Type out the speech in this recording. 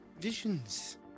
visions